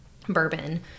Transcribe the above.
bourbon